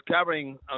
covering